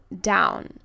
down